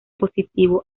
positivo